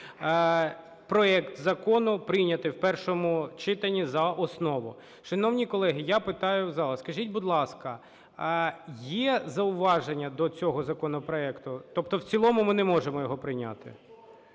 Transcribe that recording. Проект закону прийнятий в першому читанні за основу. Шановні колеги, я питаю у зала, скажіть, будь ласка, є зауваження до цього законопроекту? Тобто в цілому ми не можемо його прийняти.